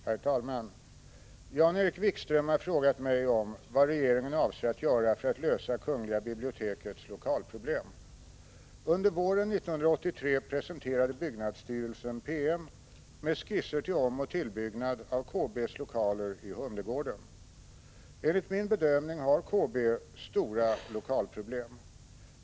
Herr talman! Jan-Erik Wikström har frågat mig vad regeringen avser att göra för att lösa kungl. bibliotekets lokalproblem. Under våren 1983 presenterade byggnadsstyrelsen en PM med skisser till omoch tillbyggnad av KB:s lokaler i Humlegården. Enligt min bedömning har KB stora lokalproblem.